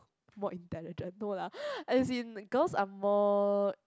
more intelligent no lah as in girls are more